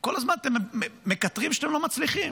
כל הזמן אתם מקטרים שאתם לא מצליחים.